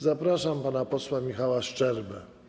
Zapraszam pana posła Michała Szczerbę.